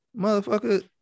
motherfucker